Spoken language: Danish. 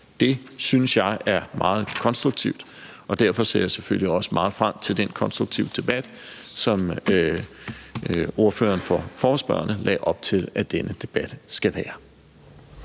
Det synes jeg er meget konstruktivt, og derfor ser jeg selvfølgelig også meget frem til den konstruktive debat, som ordføreren for forespørgerne lagde op til at denne debat skal være.